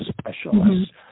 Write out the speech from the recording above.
specialists